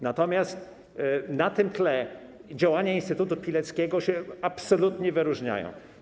Natomiast na tym tle działania instytutu Pileckiego absolutnie się wyróżniają.